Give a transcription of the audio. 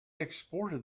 exported